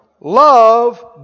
Love